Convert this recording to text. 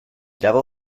devil